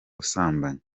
busambanyi